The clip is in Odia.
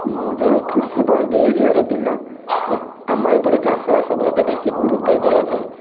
ମୁଁ ଜଣେ କୃଷିବନ୍ଦୀ ଏରିଆର ପିଲା ଆମ ଏପଟେ ଚାଷବାସ ପ୍ରତି ବେଶି ଗୁରୁତ୍ୱ ଦିଆଯାଏ